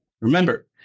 Remember